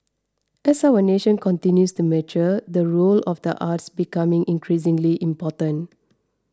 as our nation continues to mature the role of the arts becoming increasingly important